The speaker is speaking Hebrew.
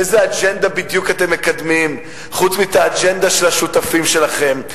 איזו אג'נדה בדיוק אתם מקדמים חוץ מאשר את האג'נדה של השותפים שלכם?